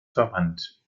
verwandt